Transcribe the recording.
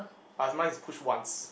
orh it's mine is push once